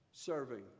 Serving